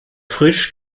frisch